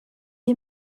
est